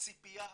הציפיה הזאת,